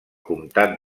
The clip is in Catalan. comtat